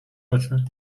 oczy